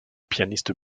pianiste